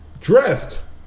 dressed